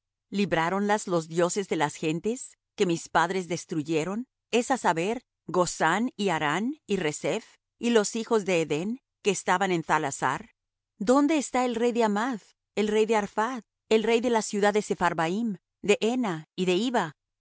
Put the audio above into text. libráronlas los dioses de las gentes que mis padres destruyeron es á saber gozán y harán y reseph y los hijos de edén que estaban en thalasar dónde está el rey de hamath el rey de arphad el rey de la ciudad de sepharvaim de hena y de hiva y